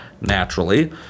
Naturally